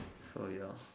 so your